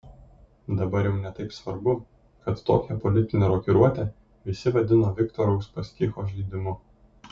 dabar jau ne taip svarbu kad tokią politinę rokiruotę visi vadino viktoro uspaskicho žaidimu